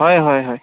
হয় হয় হয়